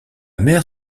mère